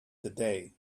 today